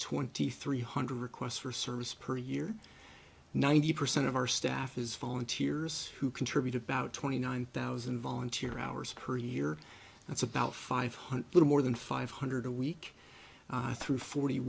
twenty three hundred requests for service per year ninety percent of our staff is volunteers who contribute about twenty nine thousand volunteer hours per year that's about five hundred little more than five hundred a week through forty